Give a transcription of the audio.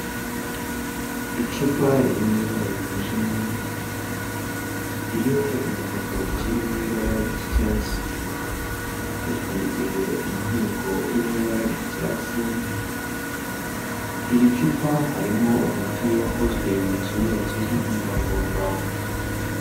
Icupa riri mu ibara ryijimye, ririho igipapuro kiri mu ibara ry'icyatsi, ripfundikishije umufuniko uri mu ibara ry'icyatsi, iri cupa harimo umuti wakozwe mu kimera kizwi nk'umuravumba.